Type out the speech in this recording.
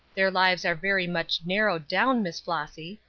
their lives are very much narrowed down, miss flossy.